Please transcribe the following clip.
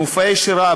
במופעי שירה,